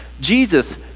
Jesus